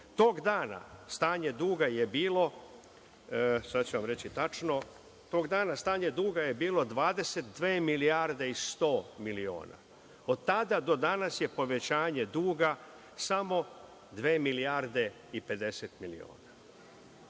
Tog dana stanje duga je bilo, sada ću vam reći tačno, 22 milijarde i 100 miliona. Od tada do danas je povećanje duga samo dve milijarde i 50 miliona.